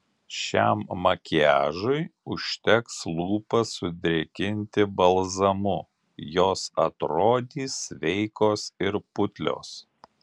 šiam makiažui užteks lūpas sudrėkinti balzamu jos atrodys sveikos ir putlios